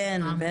כן, בטח.